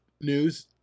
news